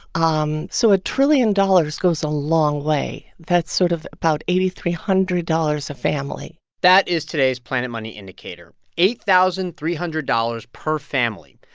um so a trillion dollars goes a long way. that's sort of about eight thousand three hundred dollars a family that is today's planet money indicator eight thousand three hundred dollars per family.